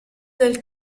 del